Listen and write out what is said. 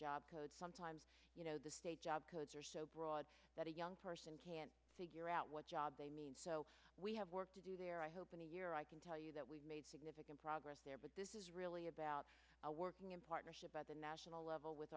code sometimes you know the state job codes are so broad that a young person can't figure out what job they need so we have work to do there i hope and a year i can tell you that we've made significant progress there but this is really about a working in partnership by the national level with